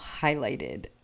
highlighted